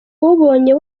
ubonye